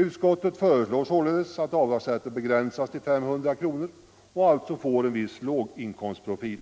Utskottet föreslår således att avdragsrätten begränsas till 500 kronor och alltså får en viss låginkomstprofil,